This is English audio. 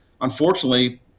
unfortunately